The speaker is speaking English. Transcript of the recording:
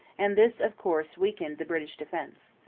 and this, of course, weakened the british defence,